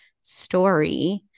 story